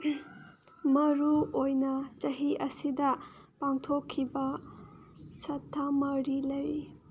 ꯃꯔꯨꯑꯣꯏꯅ ꯆꯍꯤ ꯑꯁꯤꯗ ꯄꯥꯡꯊꯣꯛꯈꯤꯕ ꯁꯊꯥ ꯃꯔꯤ ꯂꯩ